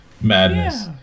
Madness